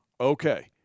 Okay